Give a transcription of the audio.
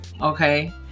okay